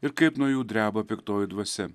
ir kaip nuo jų dreba piktoji dvasia